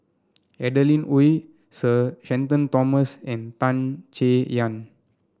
Adeline Ooi Sir Shenton Thomas and Tan Chay Yan